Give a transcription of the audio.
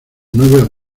nueve